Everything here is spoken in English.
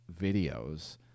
videos